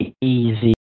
easy